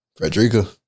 Frederica